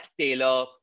Taylor